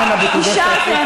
אנא בטובך תעצרי,